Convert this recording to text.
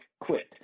quit